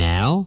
Now